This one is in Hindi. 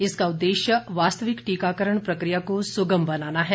इसका उद्देश्य वास्तविक टीकाकरण प्रक्रिया को सुगम बनाना है